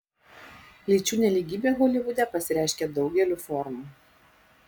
lyčių nelygybė holivude pasireiškia daugeliu formų